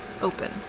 open